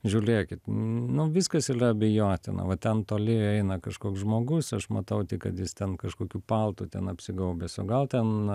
žiūlėkit nu viskas ylia abejotina va ten toli eina kažkoks žmogus aš matau kad jis ten kažkokiu paltu ten apsigaubęs o gal ten